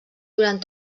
durant